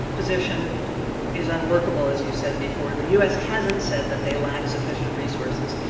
position is unworkable, as you said before. and the u s. hasn't said that they lack sufficient resources.